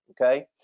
okay